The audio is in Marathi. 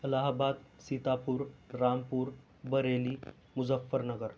अलाहाबाद सीतापूर रामपूर बरेली मुझफ्फरनगर